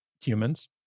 humans